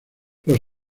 los